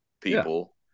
people